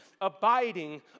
abiding